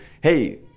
hey